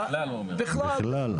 בכלל, בכלל.